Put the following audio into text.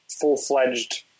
full-fledged